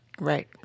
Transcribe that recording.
Right